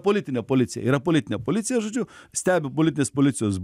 politinė policija yra politinė policija žodžiu stebi politinės policijos